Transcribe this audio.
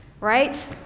right